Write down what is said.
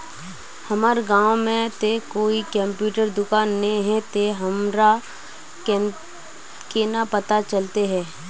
हमर गाँव में ते कोई कंप्यूटर दुकान ने है ते हमरा केना पता चलते है?